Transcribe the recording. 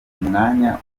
mwanya